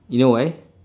you know why